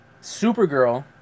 supergirl